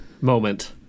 moment